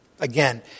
Again